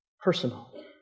personal